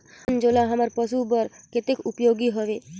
अंजोला हमर पशु बर कतेक उपयोगी हवे?